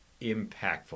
impactful